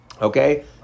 okay